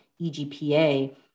EGPA